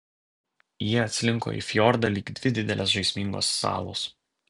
jie atslinko į fjordą lyg dvi didelės žaismingos salos